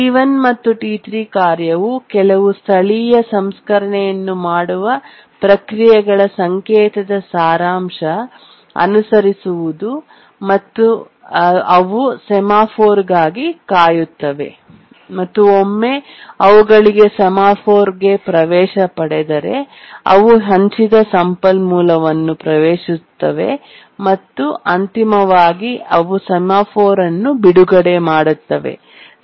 T1 ಮತ್ತು T3 ಕಾರ್ಯವು ಕೆಲವು ಸ್ಥಳೀಯ ಸಂಸ್ಕರಣೆಯನ್ನು ಮಾಡುವ ಪ್ರಕ್ರಿಯೆಗಳ ಸಂಕೇತದ ಸಾರಾಂಶ ಅನುಸರಿಸುವುದು ಮತ್ತು ನಂತರ ಅವು ಸೆಮಾಫೋರ್ಗಾಗಿ ಕಾಯುತ್ತವೆ ಮತ್ತು ಒಮ್ಮೆ ಅವುಗಳಿಗೆ ಸೆಮಾಫೋರ್ಗೆ ಪ್ರವೇಶ ಪಡೆದರೆ ಅವು ಹಂಚಿದ ಸಂಪನ್ಮೂಲವನ್ನು ಪ್ರವೇಶಿಸುತ್ತವೆ ಮತ್ತು ಅಂತಿಮವಾಗಿ ಅವು ಸೆಮಾಫೋರ್ ಅನ್ನು ಬಿಡುಗಡೆ ಮಾಡುತ್ತವೆ